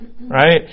right